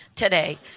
today